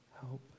Help